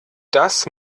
das